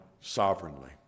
sovereignly